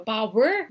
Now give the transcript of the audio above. Power